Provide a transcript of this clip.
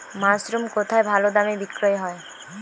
Mushroom কেথায় ভালোদামে বিক্রয় হয়?